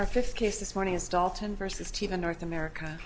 our fifth case this morning is dalton versus team in north america